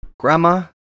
Grandma